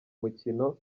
mukino